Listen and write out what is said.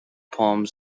palms